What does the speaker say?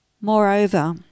Moreover